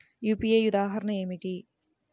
UPI ఉదాహరణ ఏమిటి?